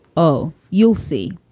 oh, you'll see,